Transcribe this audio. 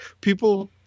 people